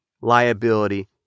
liability